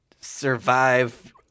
survive